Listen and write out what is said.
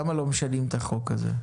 למה לא משנים את החוק הזה?